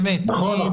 נכון.